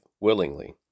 willingly